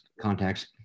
contacts